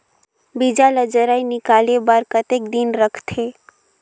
बीजा ला जराई निकाले बार कतेक दिन रखथे?